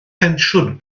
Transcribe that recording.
pensiwn